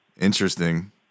Interesting